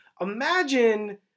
imagine